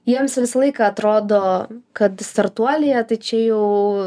jiems visą laiką atrodo kad startuolyje tai čia jau